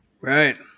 Right